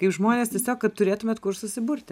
kaip žmonės tiesiog kad turėtumėt kur susiburti